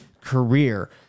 career